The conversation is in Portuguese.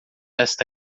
esta